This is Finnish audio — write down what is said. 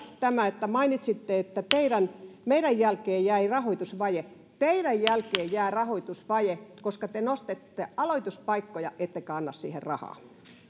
tämä kun mainitsitte että meidän jälkeemme jäi rahoitusvaje teidän jälkeenne jää rahoitusvaje koska te nostatte aloituspaikkoja ettekä anna siihen rahaa